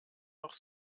noch